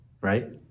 right